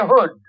Hood